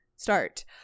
start